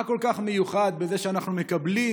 מה כל כך מיוחד בזה שאנחנו מקבלים